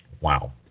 wow